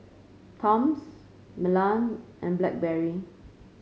Toms Milan and Blackberry